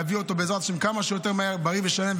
להביא אותו בעזרת השם כמה שיותר מהר בריא ושלם,